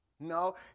No